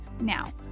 Now